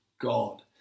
god